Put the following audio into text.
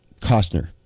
Costner